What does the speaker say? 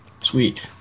Sweet